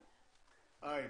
אין.